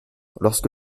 lorsque